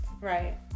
Right